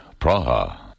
Praha